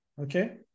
okay